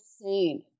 insane